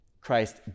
christ